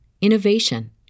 innovation